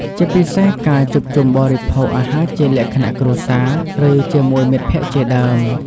ជាពិសេសការជួបជុំបរិភោគអាហារជាលក្ខណៈគ្រួសារ ឬជាមួយមិត្តភក្តិជាដើម ។